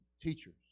teachers